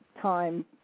time